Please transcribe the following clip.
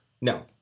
No